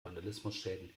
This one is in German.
vandalismusschäden